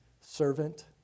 servant